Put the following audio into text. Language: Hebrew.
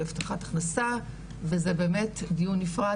להבטחת הכנסה וזה באמת דיון נפרד,